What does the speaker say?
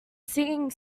singing